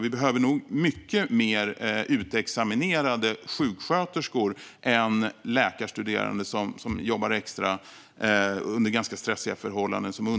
Vi kommer nog att behöva många fler utexaminerade sjuksköterskor än läkarstuderande som jobbar extra som undersköterskor under ganska stressiga förhållanden.